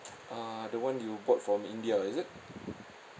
uh the one you bought from india is it